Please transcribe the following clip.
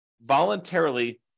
voluntarily